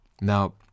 Now